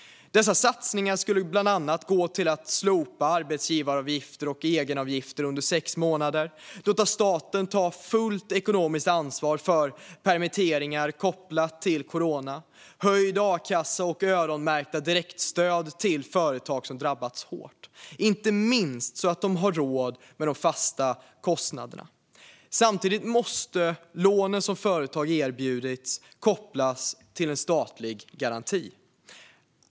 Dessa satsningar skulle bland annat gå till att slopa arbetsgivaravgifter och egenavgifter under sex månader, låta staten ta fullt ekonomiskt ansvar för permitteringar kopplade till corona, höjd a-kassa och öronmärkta direktstöd till företag som drabbats hårt, inte minst så att de har råd med de fasta kostnaderna. Samtidigt måste de lån som företag erbjudits kopplas till en statlig garanti.